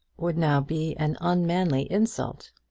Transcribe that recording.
would now be an unmanly insult.